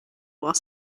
while